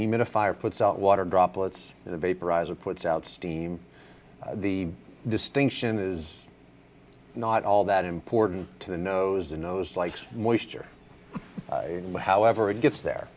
humidifier puts out water droplets in the vaporizer puts out steam the distinction is not all that important to the nose the nose likes moisture however it gets there